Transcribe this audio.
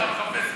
אתה מחייך.